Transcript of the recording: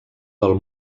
del